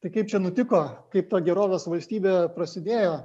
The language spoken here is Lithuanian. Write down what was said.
tai kaip čia nutiko kaip ta gerovės valstybe prasidėjo